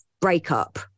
breakup